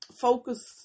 Focus